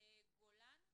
אני גולן צופית,